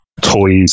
toys